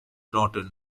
norton